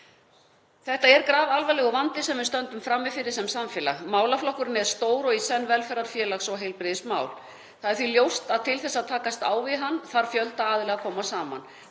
Þetta er grafalvarlegur vandi sem við stöndum frammi fyrir sem samfélag. Málaflokkurinn er stór og í senn velferðar-, félags- og heilbrigðismál. Það er því ljóst að til þess að takast á við hann þarf fjöldi aðila að koma saman.